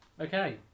Okay